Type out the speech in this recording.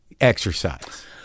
exercise